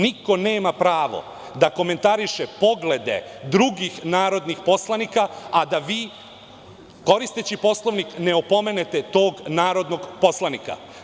Niko nema pravo da komentariše poglede drugih narodnih poslanika a da vi, koristeći Poslovnik, ne opomenete tog narodnog poslanika.